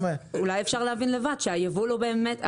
אולי אפשר להבין לבד שהיבול הוא באמת,